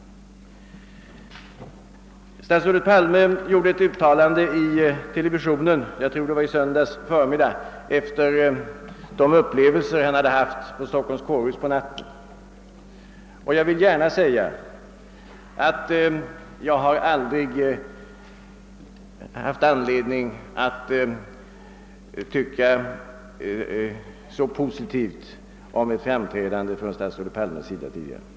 Statsrådet Palme gjorde i söndags — om jag minns rätt — ett uttalande i televisionen efter de upplevelser han hade haft på Stockholms kårhus under natten. Jag har aldrig tidigare haft anledning att se så positivt på ett framträdande av honom.